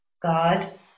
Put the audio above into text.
God